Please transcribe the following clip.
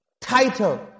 title